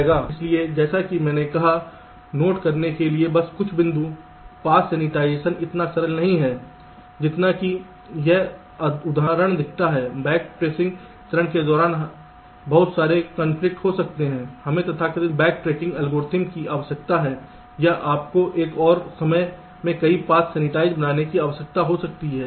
इसलिए जैसा कि मैंने कहा नोट करने के लिए बस कुछ बिंदु पाथ सेन्सीटाइजेशन इतना सरल नहीं है जितना कि यह उदाहरण दिखाता है बैक ट्रेसिंग चरण के दौरान बहुत सारे कनफ्लिक्ट हो सकते हैं हमें एक तथाकथित बैक ट्रैकिंग एल्गोरिथ्म की आवश्यकता है या आपको एक ही समय में कई पाथ्स को सेंसीटाइज़ बनाने की आवश्यकता हो सकती है